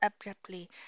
abruptly